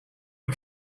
you